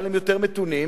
אבל הם יותר מתונים.